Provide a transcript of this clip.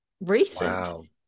recent